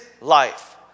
life